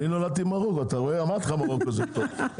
אני נולדתי במרוקו, אתה רואה אמרתי לך זה טוב.